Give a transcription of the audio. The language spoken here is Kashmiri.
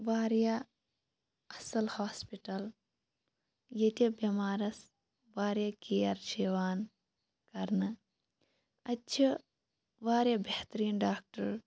واریاہ اصل ہاسپِٹَل ییٚتہِ بیٚمارَس واریاہ کیر چھ یِوان کَرنہٕ اتہ چھِ واریاہ بہتریٖن ڈاکٹر